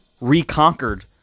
reconquered